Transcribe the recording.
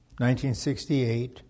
1968